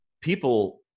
people